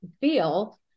feel